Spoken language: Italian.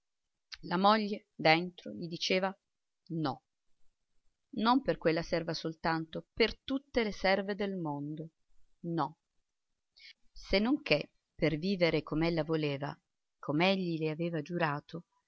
la moglie dentro gli diceva no non per quella serva soltanto per tutte le serve del mondo no se non che per vivere com'ella voleva com'egli le aveva giurato